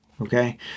Okay